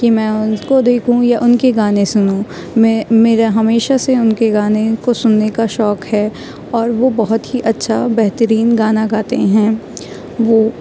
کہ میں ان کو دیکھوں یا ان کے گانے سنوں میں میرا ہمیشہ سے ان کے گانے کو سننے کا شوق ہے اور وہ بہت ہی اچھا بہترین گانا گاتے ہیں وہ